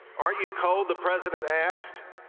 aren't you cold, the president asked.